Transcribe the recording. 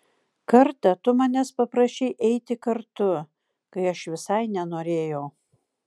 kartą tu manęs paprašei eiti kartu kai aš visai nenorėjau